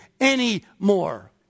anymore